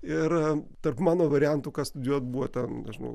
ir tarp mano variantų ką studijuot buvo ten nežinau